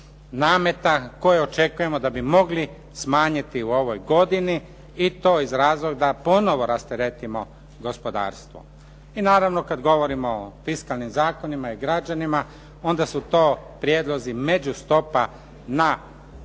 nameta koje očekujemo da bi mogli smanjiti u ovoj godini i to iz razloga da ponovo rasteretimo gospodarstvo. I naravno, kad govorimo o fiskalnim zakonima i građanima, onda su to prijedlozi međustopa na energente